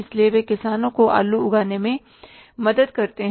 इसलिए वे किसानों को आलू उगाने में मदद करते हैं